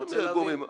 אני רוצה להבין.